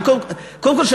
קודם כול,